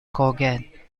courgette